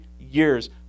years